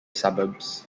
suburbs